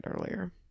earlier